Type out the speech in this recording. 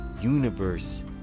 universe